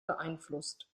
beeinflusst